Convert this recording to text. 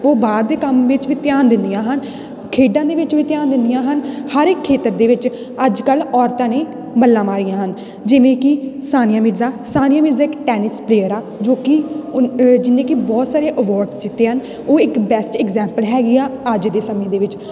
ਉਹ ਬਾਹਰ ਦੇ ਕੰਮ ਵਿੱਚ ਵੀ ਧਿਆਨ ਦਿੰਦੀਆਂ ਹਨ ਖੇਡਾਂ ਦੇ ਵਿੱਚ ਵੀ ਧਿਆਨ ਦਿੰਦੀਆਂ ਹਨ ਹਰ ਇੱਕ ਖੇਤਰ ਦੇ ਵਿੱਚ ਅੱਜ ਕੱਲ੍ਹ ਔਰਤਾਂ ਨੇ ਮੱਲਾਂ ਮਾਰੀਆਂ ਹਨ ਜਿਵੇਂ ਕਿ ਸਾਨੀਆ ਮਿਰਜ਼ਾ ਸਾਨੀਆਂ ਮਿਰਜ਼ਾ ਇੱਕ ਟੈਨਿਸ ਪਲੇਅਰ ਆ ਜੋ ਕਿ ਜਿਹਨੇ ਕਿ ਬਹੁਤ ਸਾਰੇ ਅਵੋਰਡਸ ਜਿੱਤੇ ਹਨ ਉਹ ਇੱਕ ਬੈਸਟ ਐਗਜਾਮਪਲ ਹੈਗੀ ਆ ਅੱਜ ਦੇ ਸਮੇਂ ਦੇ ਵਿੱਚ